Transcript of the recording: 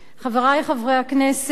חברי חברי הכנסת,